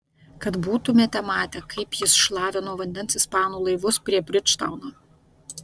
kad būtumėte matę kaip jis šlavė nuo vandens ispanų laivus prie bridžtauno